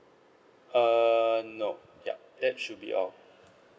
err no yup that should be all